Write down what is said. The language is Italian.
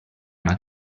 una